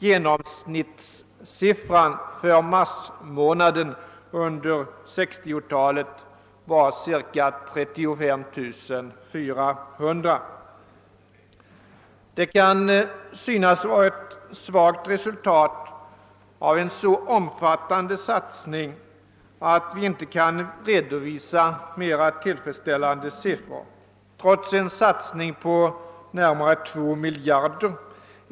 Genomsnittssiffran för mars månad under 1960-talet var ca 35 400. Det kan synas vara ett svagt resultat av en så omfattande satsning att inte kunna redovisa mera tillfredsställande siffror. Ändå uppgår denna satsning nu till närmare 2 miljarder.